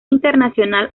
internacional